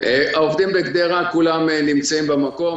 העובדים בגדרה כולם נמצאים במקום.